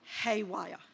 haywire